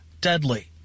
deadly